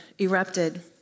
erupted